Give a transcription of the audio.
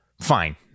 fine